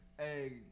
Hey